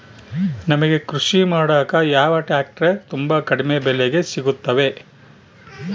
ನಮಗೆ ಕೃಷಿ ಮಾಡಾಕ ಯಾವ ಟ್ರ್ಯಾಕ್ಟರ್ ತುಂಬಾ ಕಡಿಮೆ ಬೆಲೆಗೆ ಸಿಗುತ್ತವೆ?